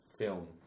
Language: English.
film